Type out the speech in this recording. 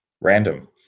random